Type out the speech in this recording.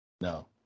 No